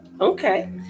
okay